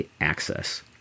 Access